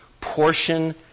portion